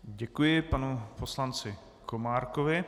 Děkuji panu poslanci Komárkovi.